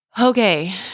okay